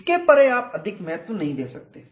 इससे परे आप अधिक महत्व नहीं दे सकते